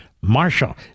Marshall